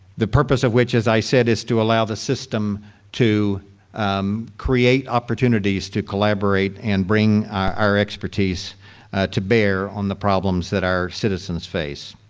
the purpose of which, as i said, is to allow the system to um create opportunities to collaborate and bring our expertise to bear on the problems that our citizens face.